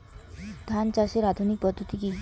ধান চাষের আধুনিক পদ্ধতি কি?